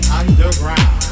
underground